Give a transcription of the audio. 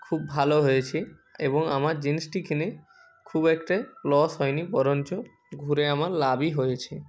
খুব ভালো হয়েছে এবং আমার জিন্সটি কিনে খুব একটা লস হয় নি বরঞ্চ ঘুরে আমার লাভই হয়েছে